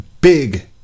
big